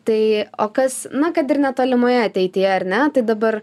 tai o kas na kad ir netolimoje ateityje ar ne tai dabar